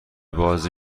بازی